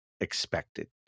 expected